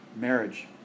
marriage